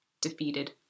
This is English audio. Defeated